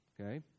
okay